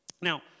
Now